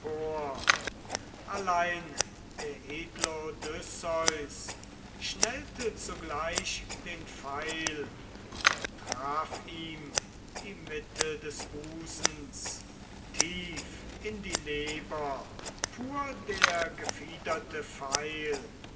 allein der edle odysseus schnellte zugleich den pfeil und traf ihm die mitte des busens tief in die leber fuhr der gefiederte pfeil